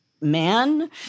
man